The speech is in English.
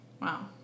Wow